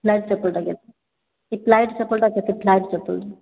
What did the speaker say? flight ଚପଲଟା କେତେ ସେ ଫ୍ଲାଇଟ୍ ଚପଲଟା କେତେ ଫ୍ଲାଇଟ୍ ଚପଲଟା